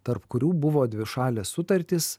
tarp kurių buvo dvišalės sutartys